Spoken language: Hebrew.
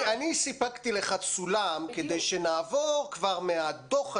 אני סיפקתי לך סולם כדי שנעבור כבר מהדוח הזה,